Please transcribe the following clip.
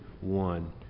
one